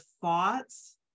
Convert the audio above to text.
thoughts